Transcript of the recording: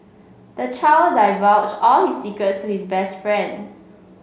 the child divulged all his secrets to his best friend